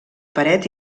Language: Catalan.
paret